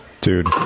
dude